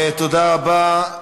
תודה רבה.